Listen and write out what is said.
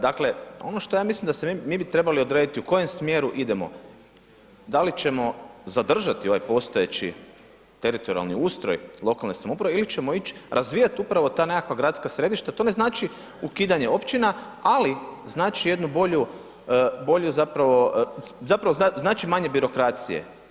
Dakle, ono što ja mislim da bi se mi trebali odrediti u kojem smjeru idemo, da li ćemo zadržati ovaj postojeći teritorijalni ustroj lokalne samouprave ili ćemo ići, razvijati upravo ta nekakva gradska središta, to ne znači ukidanje općina, ali znači jednu bolju, zapravo znači manje birokracije.